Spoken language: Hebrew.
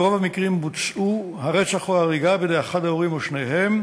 וברוב המקרים בוצעו הרצח או ההריגה בידי אחד ההורים או שניהם,